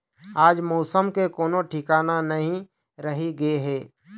आज मउसम के कोनो ठिकाना नइ रहि गे हे